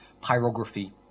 Pyrography